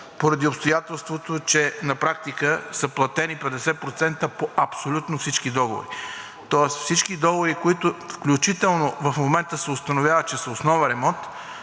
поради обстоятелството, че на практика са платени 50% по абсолютно всички договори, тоест всички договори, които, включително в момента се установява, че са основен ремонт,